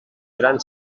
gran